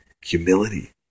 Humility